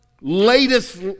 latest